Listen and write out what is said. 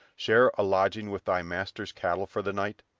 share a lodging with thy master's cattle for the night?